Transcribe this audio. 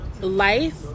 life